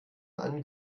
einen